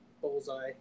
Bullseye